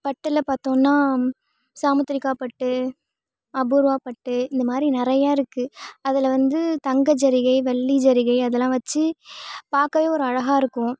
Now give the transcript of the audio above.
பட்டில் பார்த்தோம்னா சாமுத்திரிகா பட்டு அபூர்வா பட்டு இந்த மாதிரி நிறையா இருக்குது அதில் வந்து தங்க ஜரிகை வெள்ளி ஜரிகை அதெல்லாம் வச்சு பார்க்கவே ஒரு அழகாக இருக்கும்